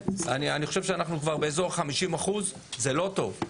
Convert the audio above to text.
אני חושב שאנחנו כבר באזור 50%. זה לא טוב.